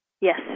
Yes